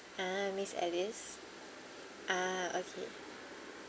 ah miss alice ah okay